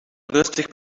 rustig